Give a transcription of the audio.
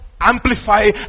amplify